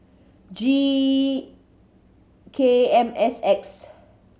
G K M S X